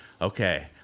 okay